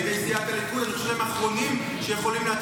אל תטיפו לנו מוסר.